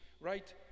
Right